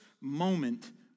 moment